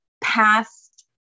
past